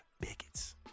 bigots